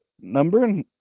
Number